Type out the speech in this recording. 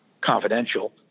confidential